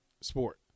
sport